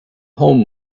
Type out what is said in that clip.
home